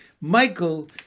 Michael